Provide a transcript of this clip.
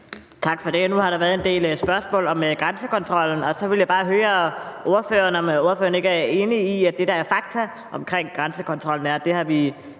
Tak for det. Nu har der været en del spørgsmål om grænsekontrollen, og så vil jeg bare høre ordføreren, om ordføreren ikke er enig i, at det, der er fakta i forhold til grænsekontrollen, er, at vi